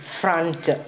front